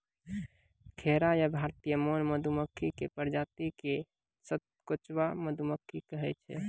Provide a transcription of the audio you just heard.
खैरा या भारतीय मौन मधुमक्खी के प्रजाति क सतकोचवा मधुमक्खी कहै छै